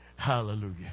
Hallelujah